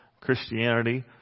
Christianity